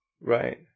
right